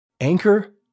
Anchor